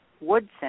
Woodson